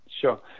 sure